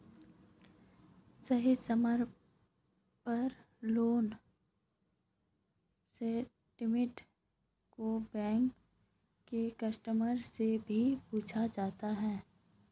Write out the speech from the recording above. सही समय पर लोन स्टेटमेन्ट को बैंक के कस्टमर से भी पूछा जाता है